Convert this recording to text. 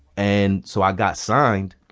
and so i got signed.